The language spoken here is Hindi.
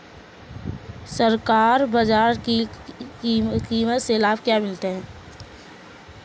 संकर बाजरा की किस्म से क्या लाभ मिलता है?